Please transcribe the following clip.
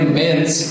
mints